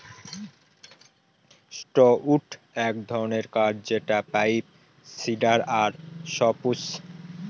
softwood এক ধরনের কাঠ যেটা পাইন, সিডার আর সপ্রুস